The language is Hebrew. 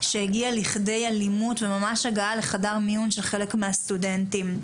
שהגיע לכדי אלימות וממש הגעה לחדר מיון של חלק מהסטודנטים.